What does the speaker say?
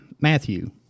Matthew